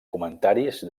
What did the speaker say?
comentaris